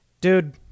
Dude